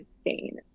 stain